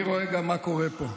אני רואה גם מה קורה פה,